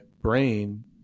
brain